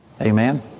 Amen